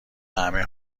همه